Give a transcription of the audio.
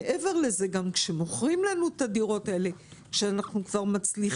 מעבר לזה גם כשמוכרים לנו את הדירות האלה כשאנחנו מצליחים